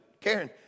Karen